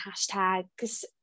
hashtags